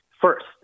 First